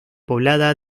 poblada